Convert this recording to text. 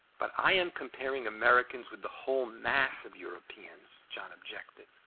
but i am comparing americans with the whole mass of europeans, john objected.